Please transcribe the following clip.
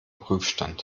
prüfstand